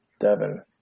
Devin